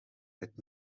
het